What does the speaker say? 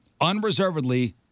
unreservedly